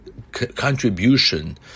Contribution